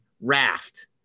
raft